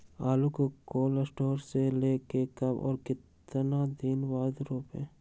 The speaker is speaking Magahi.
आलु को कोल शटोर से ले के कब और कितना दिन बाद रोपे?